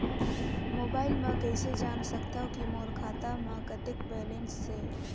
Mobile म कइसे जान सकथव कि मोर खाता म कतेक बैलेंस से?